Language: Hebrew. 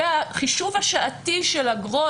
והחישוב השעתי של אגרות,